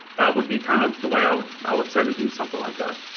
that would be kind of the way i would i would say to do something like that.